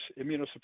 immunosuppressive